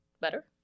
better